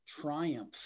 triumph